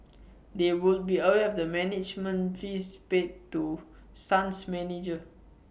they would be aware of the management fees paid to sun's manager